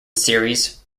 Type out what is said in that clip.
series